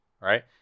right